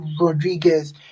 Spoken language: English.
Rodriguez